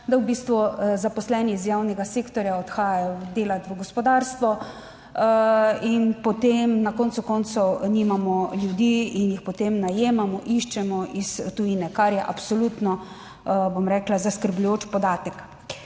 da v bistvu zaposleni iz javnega sektorja odhajajo delati v gospodarstvo in potem na koncu koncev nimamo ljudi in jih potem najemamo, iščemo iz tujine, kar je absolutno, bom rekla, zaskrbljujoč podatek.